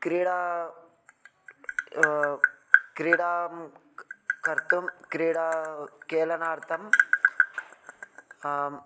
क्रीडा क्रीडां क् कर्तुं क्रीडा खेलनार्थं